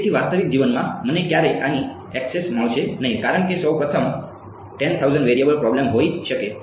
તેથી વાસ્તવિક જીવનમાં મને ક્યારેય આની ઍક્સેસ મળશે નહીં કારણ કે સૌ પ્રથમ તે 10000 વેરિયેબલ પ્રોબ્લેમ હોઈ શકે છે